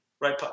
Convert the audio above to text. right